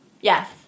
yes